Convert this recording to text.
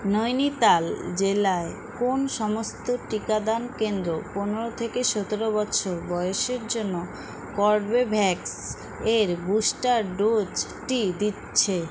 নৈনিতাল জেলায় কোন সমস্ত টিকাদান কেন্দ্র পনেরো থেকে সতেরো বছর বয়েসের জন্য কর্বেভ্যাক্স এর বুস্টার ডোজটি দিচ্ছে